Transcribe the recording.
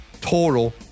total